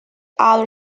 other